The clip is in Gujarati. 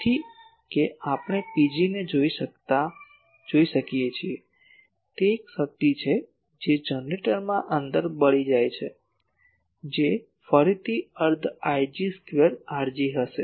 તેથી કે આપણે Pg ને જોઈ શકીએ છીએ તે એક શક્તિ છે જે જનરેટરની અંદર ભળી જાય છે જે ફરીથી અર્ધ Ig સ્ક્વેર Rg હશે